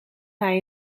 hij